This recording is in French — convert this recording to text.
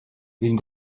une